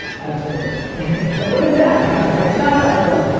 absolutely. so what is that, joshua? tell everyone.